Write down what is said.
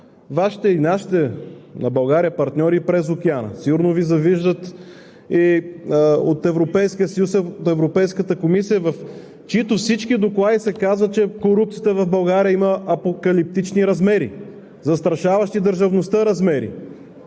Вашите, и нашите на България партньори и през океана. Сигурно Ви завиждат и от Европейския съюз, от Европейската комисия, в чиито всички доклади се казва, че корупцията в България има апокалиптични размери, застрашаващи държавността размери.